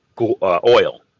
oil